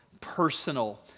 personal